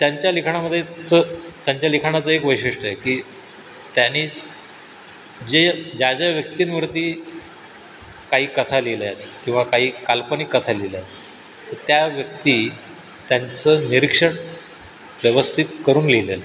त्यांच्या लिखाणामध्येच त्यांच्या लिखाणाचं एक वैशिष्ट्य आहे की त्यांनी जे ज्या ज्या व्यक्तींवरती काही कथा लिहिल्या आहेत किंवा काही काल्पनिक कथा लिहिल्या आहेत तर त्या व्यक्ती त्यांचं निरीक्षण व्यवस्थित करून लिहिलेलं आहे